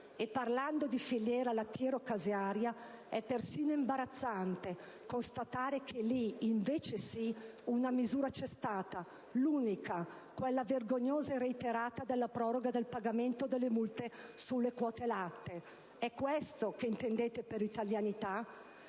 Parlando di filiera lattiero-casearia è persino imbarazzante constatare che lì, invece sì, una misura c'è stata, l'unica, quella vergognosa e reiterata della proroga del pagamento della multe sulle quote latte. È questo che intendete per italianità?